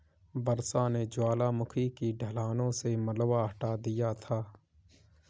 वर्षा ने ज्वालामुखी की ढलानों से मलबा हटा दिया था